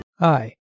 Hi